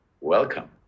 welcome